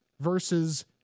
Versus